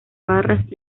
barras